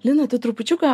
lina tu trupučiuką